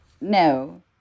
No